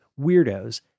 weirdos